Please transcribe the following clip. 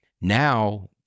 Now